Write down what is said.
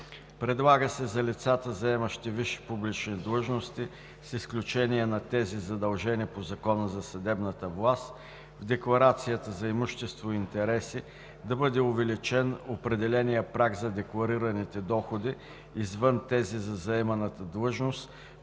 Предлага се за лицата, заемащи висши публични длъжности, с изключение на тези, задължени по Закона за съдебната власт, в декларацията за имущество и интереси да бъде увеличен определеният праг за декларираните доходи извън тези за заеманата длъжност,